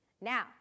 Now